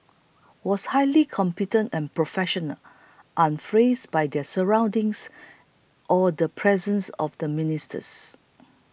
was highly competent and professional unfreeze by their surroundings or the presence of the ministers